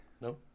No